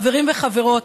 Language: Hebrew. חברים וחברות,